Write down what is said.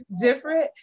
different